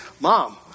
Mom